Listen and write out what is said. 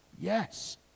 Yes